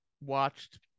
watched